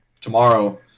tomorrow